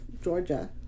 georgia